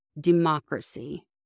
democracy